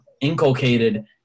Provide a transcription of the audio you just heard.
inculcated